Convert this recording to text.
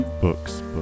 books